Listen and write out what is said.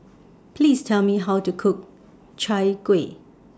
Please Tell Me How to Cook Chai Kueh